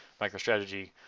MicroStrategy